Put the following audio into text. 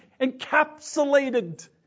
encapsulated